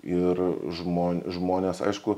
ir žmo žmonės aišku